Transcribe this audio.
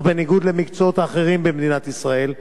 אך בניגוד למקצועות האחרים במדינת ישראל,